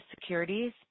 Securities